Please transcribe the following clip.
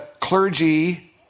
clergy